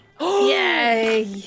Yay